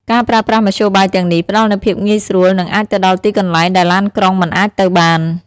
ការប្រើប្រាស់មធ្យោបាយទាំងនេះផ្តល់នូវភាពងាយស្រួល និងអាចទៅដល់ទីកន្លែងដែលឡានក្រុងមិនអាចទៅបាន។